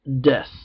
death